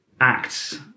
Acts